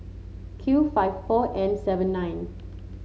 Q five four N seven nine